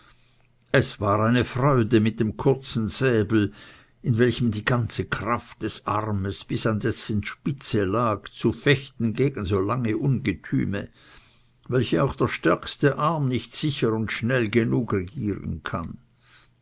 es war eine freude mit dem kurzen säbel in welchem die ganze kraft des armes bis an dessen spitze lag zu fechten gegen so lange ungetüme welche auch der stärkste arm nicht sicher und schnell genug regieren kann